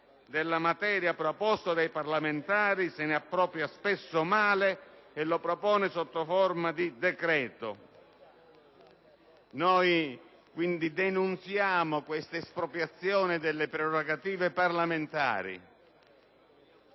della materia proposta dai parlamentari, se ne appropria spesso male e la propone sotto forma di decreto. Noi denunziamo quindi tale espropriazione delle prerogative parlamentari,